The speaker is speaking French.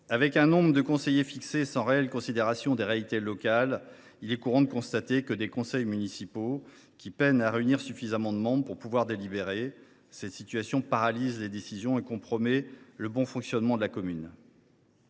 Avec un nombre de conseillers fixé sans réelle considération des réalités locales, il est courant de constater que des conseils municipaux peinent à réunir suffisamment de leurs membres pour pouvoir délibérer. Cette situation paralyse les décisions et compromet le bon fonctionnement de la commune.